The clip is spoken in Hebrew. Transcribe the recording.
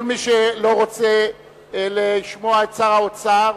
כל מי שלא רוצה לשמוע את שר האוצר,